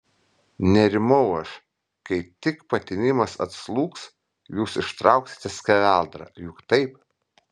nerimau aš kai tik patinimas atslūgs jūs ištrauksite skeveldrą juk taip